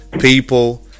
people